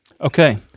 Okay